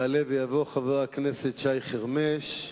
יעלה ויבוא חבר הכנסת שי חרמש,